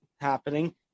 happening